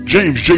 James